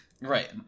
Right